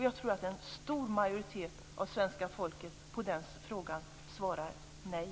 Jag tror att en stor majoritet av svenska folket på den frågan svarar: Nej.